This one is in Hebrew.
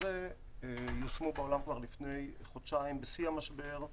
הזה יושמו בעולם כבר לפני חודשיים בשיא המשבר.